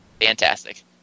Fantastic